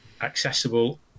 accessible